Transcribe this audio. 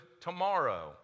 tomorrow